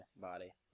body